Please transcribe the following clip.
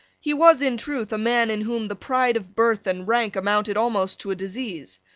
he was in truth a man in whom the pride of birth and rank amounted almost to a disease.